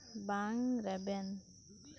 ᱵᱟᱝ ᱨᱮᱵᱮᱱ